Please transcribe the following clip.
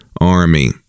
army